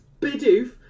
Bidoof